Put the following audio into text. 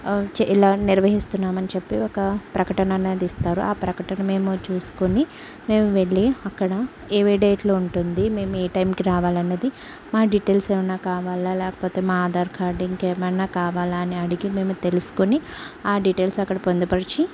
చె ఇలా నిర్వహిస్తున్నామని చెప్పి ఒక ప్రకటన అనేది ఇస్తారు ఆ ప్రకటన మేము చూసుకుని మేము వెళ్ళి అక్కడ ఏవే డేట్లో ఉంటుంది మేము ఏ టైంకి రావాలి అన్నది మా డీటెయిల్స్ ఏమన్నా కావాలా లేకపోతే మా ఆధార్ కార్డ్ ఇంకేమన్నా కావాలా అని అడిగి మేము తెలుసుకొని ఆ డీటెయిల్స్ అక్కడ పొందుపరిచి